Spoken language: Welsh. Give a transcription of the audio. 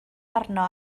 arno